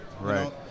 right